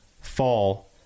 fall